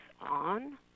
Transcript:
on